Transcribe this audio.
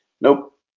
Nope